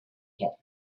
had